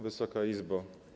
Wysoka Izbo!